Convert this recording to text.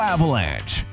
Avalanche